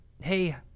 hey